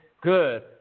good